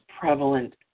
prevalent